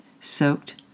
soaked